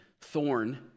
thorn